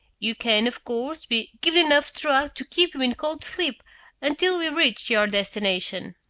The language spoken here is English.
you can, of course, be given enough drug to keep you in cold-sleep until we reach your destination.